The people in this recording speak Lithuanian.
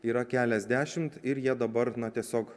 yra keliasdešimt ir jie dabar na tiesiog